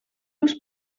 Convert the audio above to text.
los